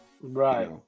Right